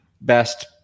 best